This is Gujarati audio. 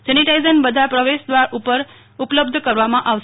સેનિટાઇઝેશન બધા પ્રવેશદ્વાર પર ઉપલબ્ધ કરવામાં આવશે